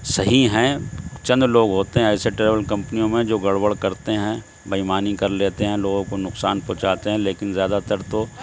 صحیح ہیں چند لوگ ہوتے ہیں ایسے ٹریول کمپنیوں میں جو گربڑ کرتے ہیں بےایمانی کر لیتے ہیں لوگوں کو نقصان پہنچاتے ہیں لیکن زیادہ تر تو